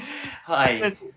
hi